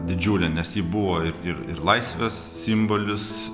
didžiulę nes ji buvo ir ir ir laisvės simbolis